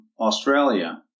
Australia